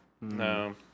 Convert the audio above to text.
No